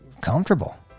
comfortable